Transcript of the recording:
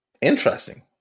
Interesting